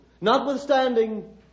notwithstanding